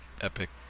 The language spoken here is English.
epic